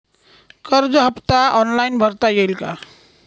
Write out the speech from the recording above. कर्ज हफ्ता ऑनलाईन भरता येईल का?